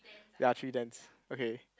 ya three tents okay